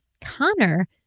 Connor